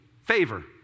favor